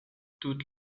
toute